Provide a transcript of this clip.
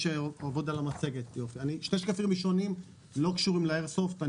לא קשורים לאיירסופט.